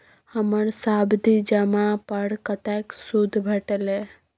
हमर सावधि जमा पर कतेक सूद भेटलै?